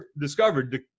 discovered